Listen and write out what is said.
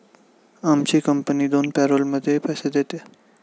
आमची कंपनी दोन पॅरोलमध्ये पैसे देते